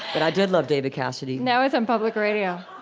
but i did love david cassidy now it's on public radio.